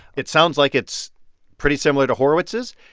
it sounds like it's pretty similar to horowitz's.